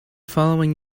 following